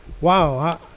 Wow